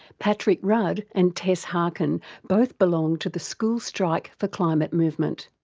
patrick rudd and tess harkin both belong to the school strike for climate movement.